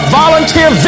volunteer